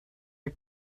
are